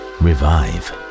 revive